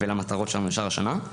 ולמטרות שלנו לשאר השנה.